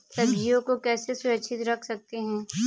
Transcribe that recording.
सब्जियों को कैसे सुरक्षित रख सकते हैं?